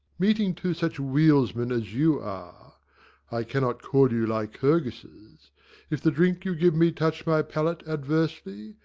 meeting two such wealsmen as you are i cannot call you lycurguses if the drink you give me touch my palate adversely,